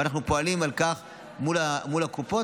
ואנחנו פועלים לכך מול הקופות,